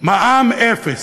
מע"מ אפס.